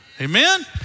Amen